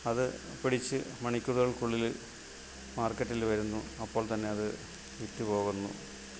അത് പിടിച്ച് മണിക്കൂറുകൾക്ക് ഉള്ളിൽ മാർക്കറ്റിൽ വരുന്നു അപ്പോൾ തന്നെ അത് വിറ്റുപോകുന്നു